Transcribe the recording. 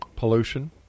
pollution